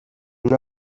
una